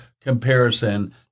comparison